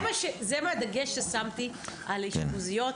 זה הדגש ששמתי על אשפוזיות.